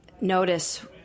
notice